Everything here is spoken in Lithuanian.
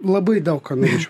labai daug ką norėčiau